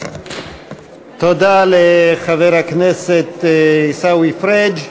תודה לחבר הכנסת עיסאווי פריג'.